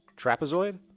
trapezoid?